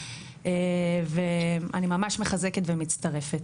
ואני ממש מחזקת ומצטרפת.